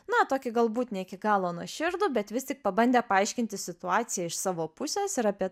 na tokį galbūt ne iki galo nuoširdų bet vis tik pabandė paaiškinti situaciją iš savo pusės ir apie